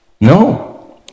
No